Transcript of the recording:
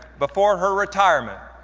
before her retirement.